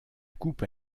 coupe